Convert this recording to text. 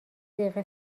دقیقه